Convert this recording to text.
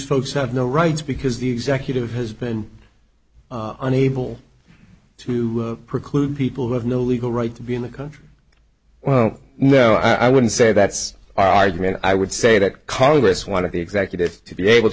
folks have no rights because the executive has been unable to preclude people who have no legal right to be in the country well no i wouldn't say that's our argument i would say that congress one of the executive to be able to